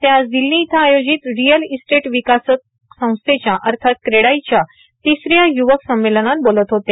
ते आज दिल्ली इथं आयोजित रिअल इस्टेट विकासक संस्थेच्या क्रेडाईच्या तिसऱ्या यूवक सम्मेलनात बोलत होते